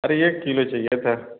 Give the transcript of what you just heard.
अरे एक किलो चाहिए था